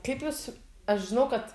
kaip jūs aš žinau kad